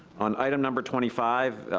on item number twenty five,